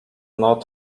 not